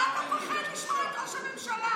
מה אתה פוחד לשמוע את ראש הממשלה?